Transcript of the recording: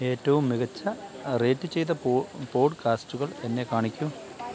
ഏറ്റവും മികച്ച റേറ്റു ചെയ്ത പോ പോഡ്കാസ്റ്റുകൾ എന്നെ കാണിക്കൂ